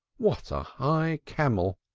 what a high camel!